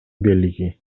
белги